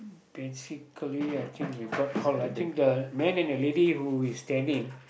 basically I think we got all I think the man and the lady who is standing